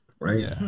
Right